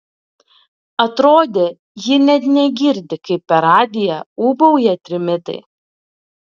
atrodė ji net negirdi kaip per radiją ūbauja trimitai